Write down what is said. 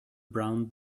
brown